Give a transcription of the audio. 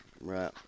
Right